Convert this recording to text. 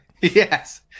Yes